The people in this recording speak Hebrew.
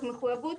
תוך מחויבות